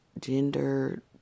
gender